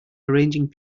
arranging